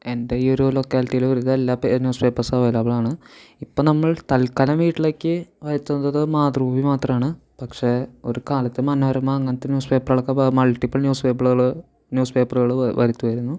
എൻ്റെ ഈ ഒരു ലൊക്കാലിറ്റിയിൽ ഒരുതരം എല്ലാ ന്യൂസ് പേപ്പർസും അവൈലബിൾ ആണ് ഇപ്പം നമ്മൾ തത്ക്കാലം വീട്ടിലേക്കു വരുത്തുന്നത് മാതൃഭൂമി മാത്രമാണ് പക്ഷെ ഒരു കാലത്ത് മനോരമ അങ്ങനത്തെ ന്യൂസ് പേപ്പറുകളൊക്കെ മൾട്ടിപ്പിൾ ന്യൂസ് പേപ്പള്കൾ ന്യൂസ് പേപ്പറുകൾ വരുത്തുമായിരുന്നു